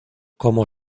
como